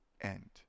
end